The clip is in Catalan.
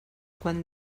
quan